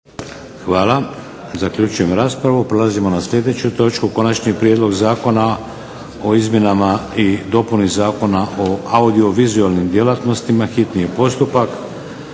**Šeks, Vladimir (HDZ)** Prelazimo na sljedeću točku - Konačni prijedlog Zakona o izmjenama i dopuni Zakona o audiovizualnim djelatnostima, hitni je postupak.